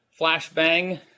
flashbang